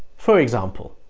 for example